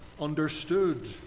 understood